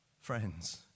friends